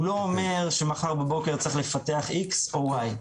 הוא לא אומר שמחר בבוקר צריך לפתח X או Y,